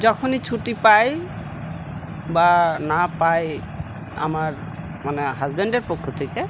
যখনই ছুটি পাই বা না পাই আমার মানে হাজব্যান্ডের পক্ষ থেকে